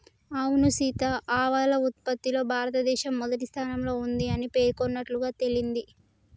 అవును సీత ఆవాల ఉత్పత్తిలో భారతదేశం మొదటి స్థానంలో ఉంది అని పేర్కొన్నట్లుగా తెలింది